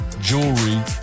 jewelry